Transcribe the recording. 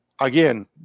again